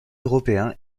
européen